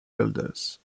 builders